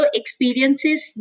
experiences